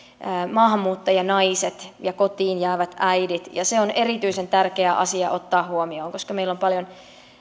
maahanmuuttajanaiset ja kotiin jäävät äidit se on erityisen tärkeä asia ottaa huomioon koska meillä on paljon